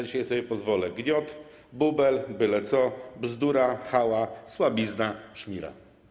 Dzisiaj sobie pozwolę: gniot, bubel, byle co, bzdura, chała, słabizna i szmira.